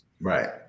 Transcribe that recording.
Right